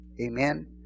Amen